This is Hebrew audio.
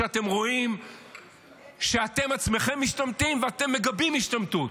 כשאתם רואים שאתם עצמכם משתמטים ואתם מגבים השתמטות?